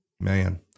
Man